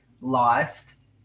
lost